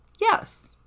Yes